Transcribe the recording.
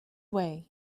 way